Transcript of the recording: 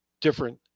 different